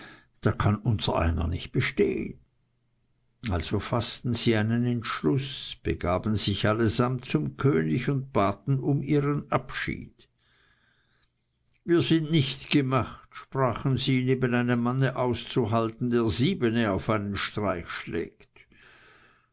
da kann unsereiner nicht bestehen also faßten sie einen entschluß begaben sich allesamt zum könig und baten um ihren abschied wir sind nicht gemacht sprachen sie neben einem mann auszuhalten der siebene auf einen streich schlägt